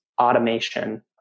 automation